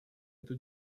эту